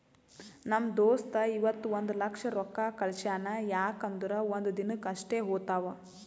ನಮ್ ದೋಸ್ತ ಇವತ್ ಒಂದ್ ಲಕ್ಷ ರೊಕ್ಕಾ ಕಳ್ಸ್ಯಾನ್ ಯಾಕ್ ಅಂದುರ್ ಒಂದ್ ದಿನಕ್ ಅಷ್ಟೇ ಹೋತಾವ್